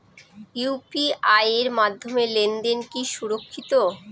UPI এর মাধ্যমে লেনদেন কি সুরক্ষিত?